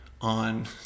on